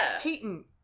Cheating